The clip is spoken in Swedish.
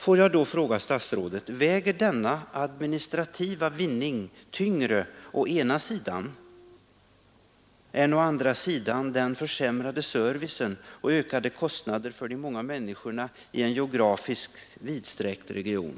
Får jag då fråga statsrådet: Väger denna administrativa vinning tyngre än den försämrade servicen och de ökade kostnaderna för de många människorna i en geografiskt vidsträckt region?